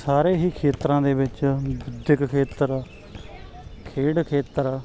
ਸਾਰੇ ਹੀ ਖੇਤਰਾਂ ਦੇ ਵਿੱਚ ਵਿਦਿਅਕ ਖੇਤਰ ਖੇਡ ਖੇਤਰ